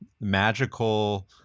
magical